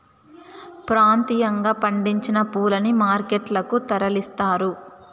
ప్రాంతీయంగా పండించిన పూలని మార్కెట్ లకు తరలిస్తారు